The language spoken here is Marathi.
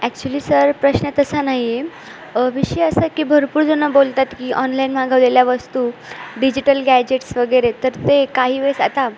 ॲक्च्युली सर प्रश्न तसा नाही आहे विषय असा आहे की भरपूरजणं बोलतात की ऑनलाईन मागवलेल्या वस्तू डिजिटल गॅजेट्स वगैरे तर ते काही वेळेस आता